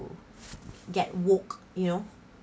get wook you know